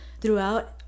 throughout